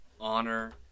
honor